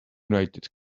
united